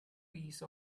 piece